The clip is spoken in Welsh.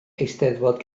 eisteddfod